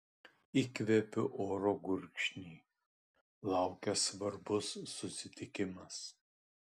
įkvėpiu oro gurkšnį laukia svarbus susitikimas